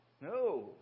No